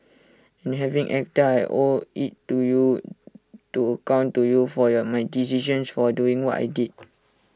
and having acted I owe IT to you to account to you for your my decisions for doing what I did